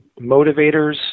motivators